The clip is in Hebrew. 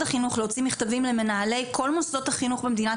החינוך להוציא מכתבים למנהלי כל מוסדות החינוך במדינת